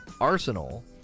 arsenal